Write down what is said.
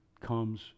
comes